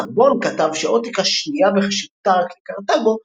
סטראבון כתב שאוטיקה שנייה בחשיבותה רק לקרתגו,